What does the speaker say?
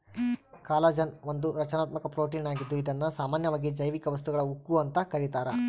collagen ಒಂದು ರಚನಾತ್ಮಕ protein ಆಗಿದ್ದು ಇದುನ್ನ ಸಾಮಾನ್ಯವಾಗಿ ಜೈವಿಕ ವಸ್ತುಗಳ ಉಕ್ಕು ಅಂತ ಕರೀತಾರ